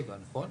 נכון?